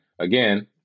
again